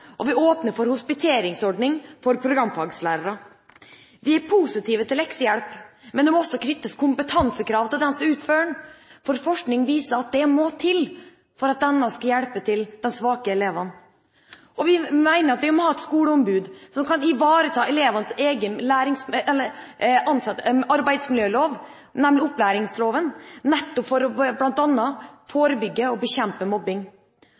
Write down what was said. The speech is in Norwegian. og vi åpner for hospiteringsordning for programfagslærere. Vi er positive til leksehjelp, men det må også knyttes kompetansekrav til dem som utfører den. Forskning viser at det må til for at disse skal kunne hjelpe de svake elevene. Vi mener at vi må ha et skoleombud som kan ivareta elevenes egen arbeidsmiljølov, nemlig opplæringsloven, nettopp for bl.a. å forebygge og bekjempe mobbing.